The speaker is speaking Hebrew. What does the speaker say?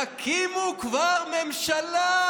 תקימו כבר ממשלה,